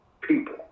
people